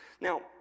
Now